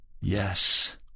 yes